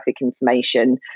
information